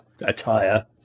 attire